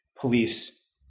police